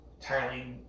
entirely